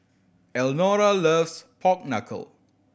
Elnora loves pork knuckle